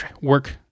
work